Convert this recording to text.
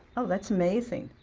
oh, that's amazing.